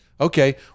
Okay